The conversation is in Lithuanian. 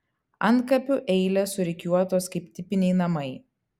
antkapių eilės surikiuotos kaip tipiniai namai